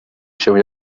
się